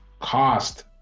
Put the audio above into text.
cost